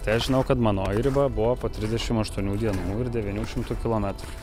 tai aš žinau kad manoji riba buvo po trisdešim aštuonių dienų ir devynių šimtų kilometrų